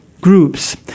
groups